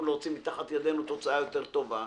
להוציא מתחת ידינו תוצאה יותר טובה,